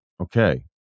Okay